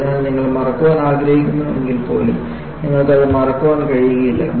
അതിനാൽ നിങ്ങൾ മറക്കാൻ ആഗ്രഹിക്കുന്നുവെങ്കിൽപ്പോലും നിങ്ങൾക്ക് ഇത് മറക്കാൻ കഴിയില്ല